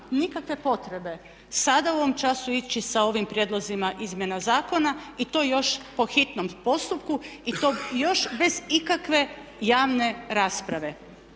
nikakve potrebe sada u ovom času ići sa ovim prijedlozima izmjena zakona i to još po hitnom postupku i to još bez ikakve javne rasprave.